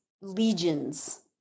legions